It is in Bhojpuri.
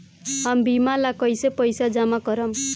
हम बीमा ला कईसे पईसा जमा करम?